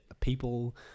people